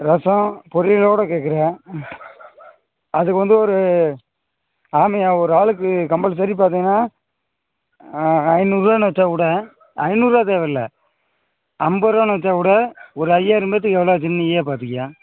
ரசம் பொரியலோடய கேட்குறேன் அதுக்கு வந்து ஒரு ஆமாய்யா ஒரு ஆளுக்கு கம்பல்சரி பார்த்தீங்கன்னா ஐந்நூறுவான்னு வச்சால் கூட ஐந்நூறுபா தேவை இல்லை ஐம்பரூவான்னு வச்சாக் கூட ஒரு ஐயாயிரம் பேத்துக்கு எவ்வளோ ஆச்சுன்னு நீயே பாதுக்கய்யா